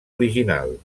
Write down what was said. original